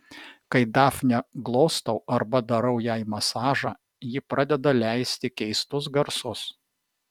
kai dafnę glostau arba darau jai masažą ji pradeda leisti keistus garsus